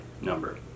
number